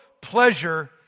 pleasure